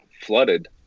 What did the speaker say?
flooded